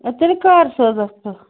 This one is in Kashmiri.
اَدٕ تیٚلہِ کَر سوزَکھ ژٕ